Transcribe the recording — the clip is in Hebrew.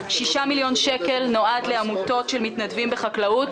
6 מיליון שקל נועדו לעמותות של מתנדבים בחקלאות,